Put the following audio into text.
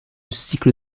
cycle